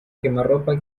quemarropa